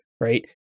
right